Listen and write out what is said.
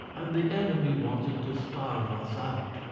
and the enemy wanted to starve us out.